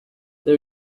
they